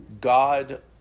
God